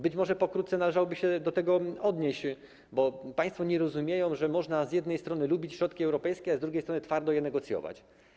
Być może pokrótce należałoby się do tego odnieść, bo państwo nie rozumieją, że można z jednej strony lubić środki europejskie, a z drugiej strony twardo je negocjować.